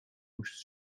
moesten